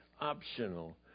optional